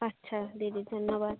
আচ্ছা দিদি ধন্যবাদ